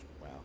Wow